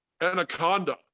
Anaconda